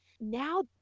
now